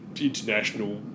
international